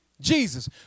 Jesus